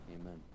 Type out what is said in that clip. Amen